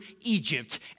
Egypt